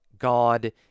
God